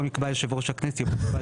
במקום 'יקבע יושב ראש הכנסת' יבוא 'יקבע